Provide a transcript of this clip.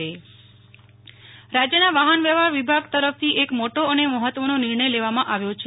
Nehal Thakkar learning licence રાજ્યના વાહન વ્યવહાર વિભાગ તરફથી એક મોટો અને મહત્ત્વનો નિર્ણય લેવામાં આવ્યો છે